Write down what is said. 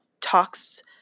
talks